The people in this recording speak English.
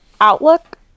outlook